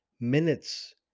Minutes